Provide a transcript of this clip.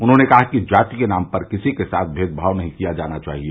उन्होंने कहा कि जाति के नाम पर किसी के साथ भेदभाव नहीं किया जाना चाहिए